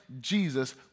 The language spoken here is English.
Jesus